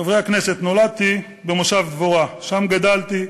חברי הכנסת, נולדתי במושב דבורה, שם גדלתי,